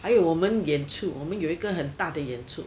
还有我们演出我们有一个很大的演出